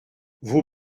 vos